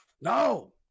no